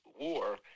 war